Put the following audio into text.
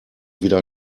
wieder